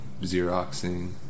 Xeroxing